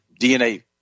DNA